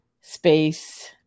space